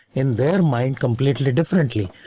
in their mind, completely differently,